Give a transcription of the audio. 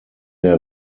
der